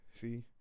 see